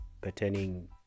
pertaining